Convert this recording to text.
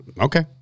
Okay